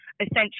essentially